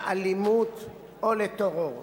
לאלימות או לטרור.